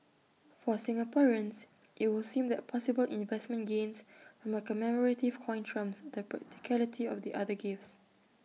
for Singaporeans IT would seem that possible investment gains from A commemorative coin trumps the practicality of the other gifts